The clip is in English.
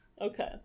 Okay